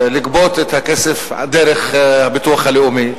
לגבות את הכסף דרך הביטוח הלאומי,